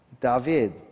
David